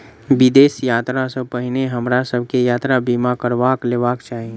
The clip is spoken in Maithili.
विदेश यात्रा सॅ पहिने हमरा सभ के यात्रा बीमा करबा लेबाक चाही